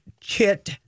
Chit